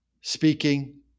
speaking